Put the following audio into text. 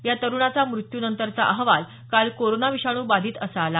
या तरुणाचा मृत्यूनंतरचा अहवाल काल कोरोना विषाणू बाधित असा आला